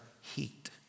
heat